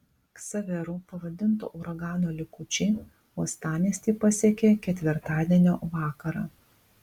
ksaveru pavadinto uragano likučiai uostamiestį pasiekė ketvirtadienio vakarą